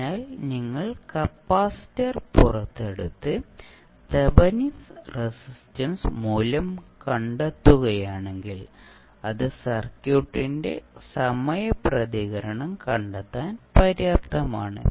അതിനാൽ നിങ്ങൾ കപ്പാസിറ്റർ പുറത്തെടുത്ത് തെവെനിൻ റെസിസ്റ്റൻസ് മൂല്യം കണ്ടെത്തുകയാണെങ്കിൽ അത് സർക്യൂട്ടിന്റെ സമയ പ്രതികരണം കണ്ടെത്താൻ പര്യാപ്തമാണ്